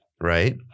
right